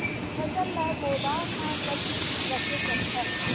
फसल ला गोदाम मां कतेक दिन रखे सकथन?